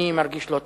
אני מרגיש לא טוב.